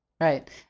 right